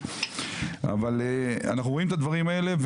אבל אנחנו רואים את הדברים האלה.